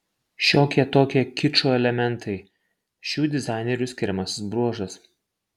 šiokie tokie kičo elementai šių dizainerių skiriamasis bruožas